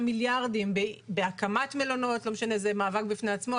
מיליארדים בהקמת מלונות זה מאבק בפני עצמו,